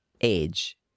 age